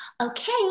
okay